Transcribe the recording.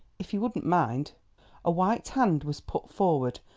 if you wouldn't mind a white hand was put forward,